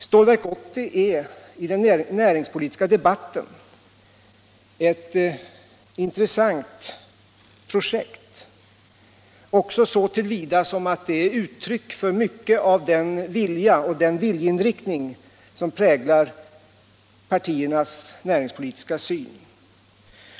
Stålverk 80 är i den näringspolitiska debatten ett intressant projekt även så till vida att det är ett uttryck för mycket av den vilja och den viljeinriktning som präglar partiernas näringspolitiska syn.